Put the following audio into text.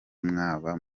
mwaba